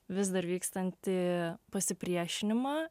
vis dar vykstantį pasipriešinimą